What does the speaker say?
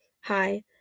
Hi